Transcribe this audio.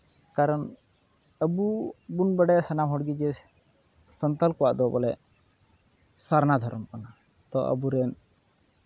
ᱠᱟᱨᱚᱱ ᱟᱹᱵᱩ ᱵᱚᱱ ᱵᱟᱲᱟᱭᱟ ᱥᱟᱱᱟᱢ ᱦᱚᱲᱜᱮ ᱡᱮ ᱥᱟᱱᱛᱟᱞ ᱠᱚᱣᱟᱜ ᱫᱚ ᱵᱚᱞᱮ ᱥᱟᱨᱱᱟ ᱫᱷᱚᱨᱚᱢ ᱠᱟᱱᱟ ᱛᱳ ᱟᱵᱚ ᱨᱮᱱ